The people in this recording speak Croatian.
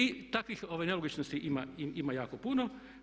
I takvih nelogičnosti ima jako puno.